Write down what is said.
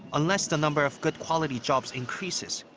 unless the number of good-quality jobs increases,